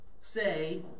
say